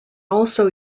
also